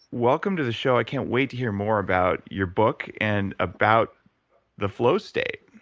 welcome to the show. i can't wait to hear more about your book and about the flow state.